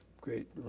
great